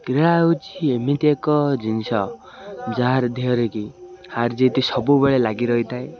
କ୍ରୀଡ଼ା ହେଉଛି ଏମିତି ଏକ ଜିନିଷ ଯାହାର ଦେହରେ କି ହାର୍ଜିତ୍ ସବୁବେଳେ ଲାଗି ରହିଥାଏ